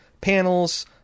panels